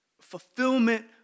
fulfillment